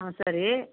ஆ சரி